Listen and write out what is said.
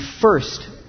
first